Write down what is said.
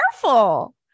careful